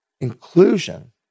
inclusion